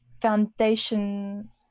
foundation